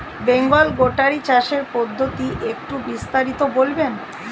Bengal goatery চাষের পদ্ধতি একটু বিস্তারিত বলবেন?